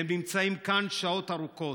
והם נמצאים כאן שעות ארוכות,